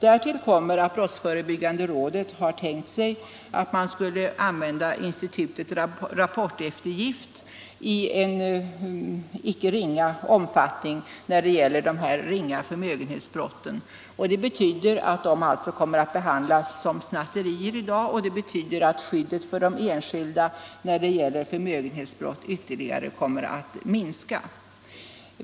Därtill kommer att brottsförebyggande rådet har tänkt sig att man skulle använda institutet rapporteftergift i icke ringa omfattning när det gäller dessa förmögenhetsbrott. Det betyder att de kommer att behandlas som snatteri och att skyddet för de enskilda när det gäller förmögenhetsbrott ytterligare kommer att minska.